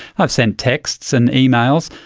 i've sent texts and emails,